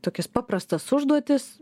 tokias paprastas užduotis